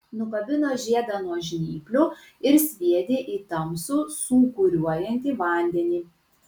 nukabino žiedą nuo žnyplių ir sviedė į tamsų sūkuriuojantį vandenį